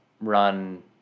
run